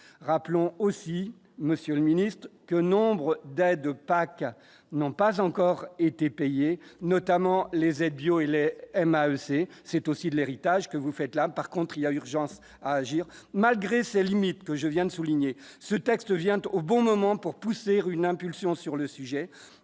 rappelons aussi Monsieur le Ministre, que nombre d'aides PAC n'ont pas encore été payés notamment les aides bio et lait, M. A. C, c'est aussi de l'héritage que vous faites l'un, par contre, il y a urgence à agir, malgré ses limites, que je viens de souligner ce texte vient au bon moment pour pousser une impulsion sur le sujet